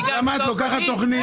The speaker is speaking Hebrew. אני גרתי באופקים.